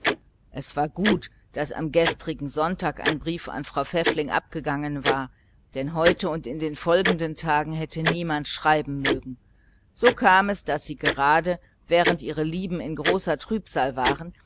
es war gut daß am gestrigen sonntag ein brief an frau pfäffling abgegangen war denn heute und in den folgenden tagen hätte niemand schreiben mögen so aber kam es daß sie gerade während ihre lieben in großer trübsal waren